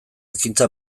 ekintza